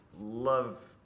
love